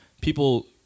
people